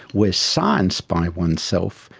whereas science by oneself,